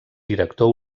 director